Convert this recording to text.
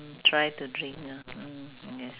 mm try to drink ah mm yes